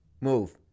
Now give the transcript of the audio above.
move